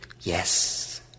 Yes